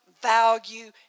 value